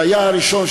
שהיה הראשון,